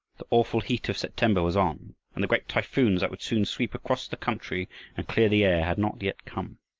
the awful heat of september was on, and the great typhoons that would soon sweep across the country and clear the air had not yet come.